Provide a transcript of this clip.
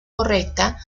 correcta